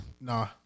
Nah